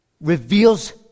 reveals